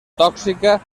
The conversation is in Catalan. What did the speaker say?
tòxica